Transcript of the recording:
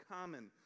common